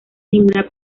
ninguna